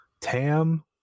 Tam